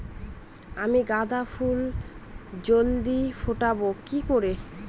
আমি গাঁদা ফুল জলদি ফোটাবো কি করে?